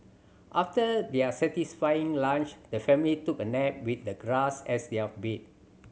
after their satisfying lunch the family took a nap with the grass as their bed